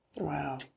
Wow